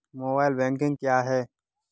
Mobile banking क्या है?